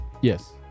yes